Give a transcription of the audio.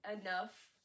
enough